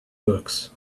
books